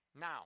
Now